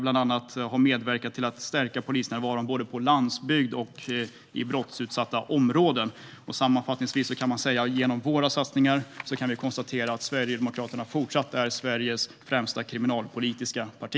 Bland annat har vi medverkat till att stärka polisnärvaron både på landsbygd och i brottsutsatta områden. Sammanfattningsvis kan man säga att Sverigedemokraterna genom dessa satsningar fortsatt är Sveriges främsta kriminalpolitiska parti.